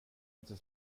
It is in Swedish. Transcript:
inte